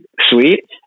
sweet